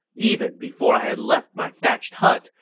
even before i had left my thatched hut,